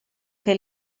che